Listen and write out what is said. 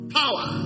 power